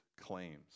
claims